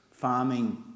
farming